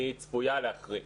צפויה להחריף.